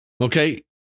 Okay